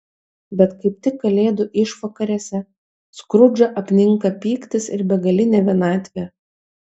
bet kaip tik kalėdų išvakarėse skrudžą apninka pyktis ir begalinė vienatvė